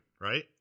right